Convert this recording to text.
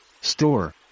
store